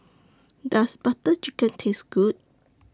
Does Butter Chicken Taste Good